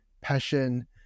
passion